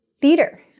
theater